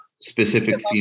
specific